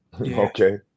okay